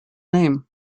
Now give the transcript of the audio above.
name